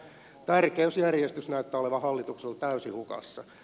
tärkeysjärjestys näyttää olevan hallitukselta täysin hukassa